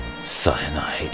Cyanide